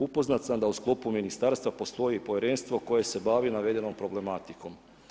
Upoznat sam da u sklopu ministarstva postoji povjerenstvo koje se bavi navedenom problematikom.